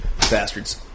Bastards